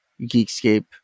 geekscape